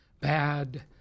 bad